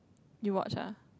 you watch ah